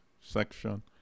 section